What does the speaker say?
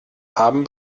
haben